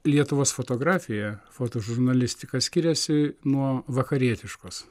lietuvos fotografija fotožurnalistika skiriasi nuo vakarietiškos